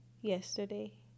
yesterday